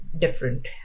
different